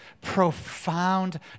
profound